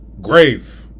grave